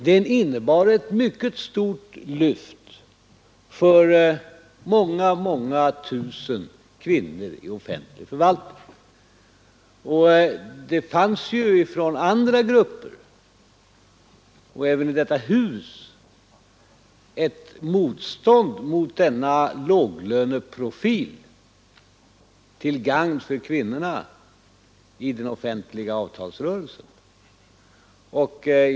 Den innebar ett mycket stort lyft för många, många tusen kvinnor i offentlig förvaltning. Och det fanns ju från andra grupper, och även i detta hus, ett motstånd mot denna låglöneprofil till gagn för kvinnorna i den offentliga avtalsrörelsen.